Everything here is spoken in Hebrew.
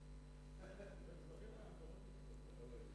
הכנסת השמונה-עשרה),